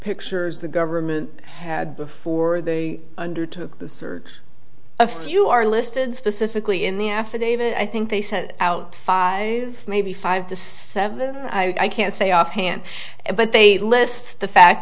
pictures the government had before they undertook the search a few are listed specifically in the affidavit i think they set out five maybe five to seven i can't say offhand but they list the fact